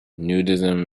nudism